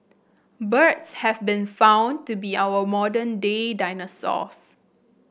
birds have been found to be our modern day dinosaurs